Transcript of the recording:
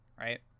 right